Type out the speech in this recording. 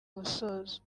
musozo